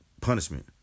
punishment